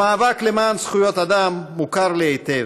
המאבק למען זכויות אדם מוכר לי היטב.